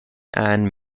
ann